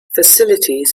facilities